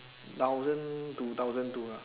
thousand to thousand two ah